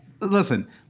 listen